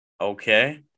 Okay